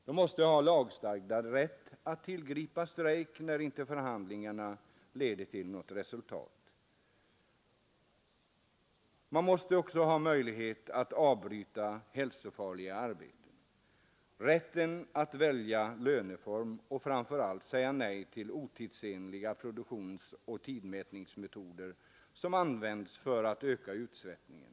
De måste ha lagstadgad rätt att tillgripa strejk när inte förhandlingarna leder till något resultat. De måste ha möjlighet att avbryta hälsofarliga arbeten. Det måste finnas rätt att välja löneform och framför allt att säga nej till otidsenliga produktionsoch tidmätningsmetoder som används för att öka utsvettningen.